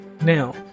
Now